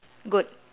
goat